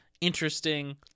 interesting